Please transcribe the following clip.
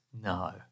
No